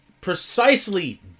precisely